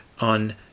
on